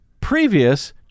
previous